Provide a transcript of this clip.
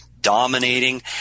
dominating